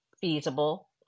feasible